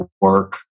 work